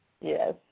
Yes